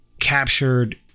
captured